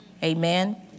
Amen